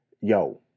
yo